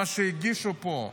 מה שהגישו פה,